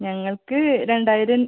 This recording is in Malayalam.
ഞങ്ങൾക്ക് രണ്ടായിരം